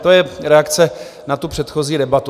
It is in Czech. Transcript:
To je reakce na tu předchozí debatu.